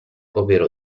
ovvero